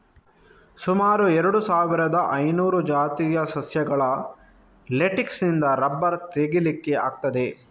ಸುಮಾರು ಎರಡು ಸಾವಿರದ ಐನೂರು ಜಾತಿಯ ಸಸ್ಯಗಳ ಲೇಟೆಕ್ಸಿನಿಂದ ರಬ್ಬರ್ ತೆಗೀಲಿಕ್ಕೆ ಆಗ್ತದೆ